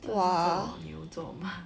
她是做牛做马